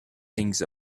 things